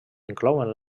inclouen